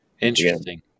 Interesting